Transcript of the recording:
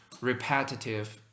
repetitive